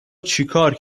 چیکار